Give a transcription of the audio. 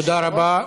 תודה רבה.